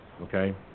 Okay